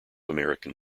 american